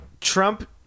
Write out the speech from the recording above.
Trump